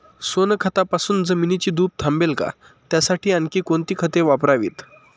सोनखतापासून जमिनीची धूप थांबेल का? त्यासाठी आणखी कोणती खते वापरावीत?